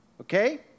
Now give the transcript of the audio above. Okay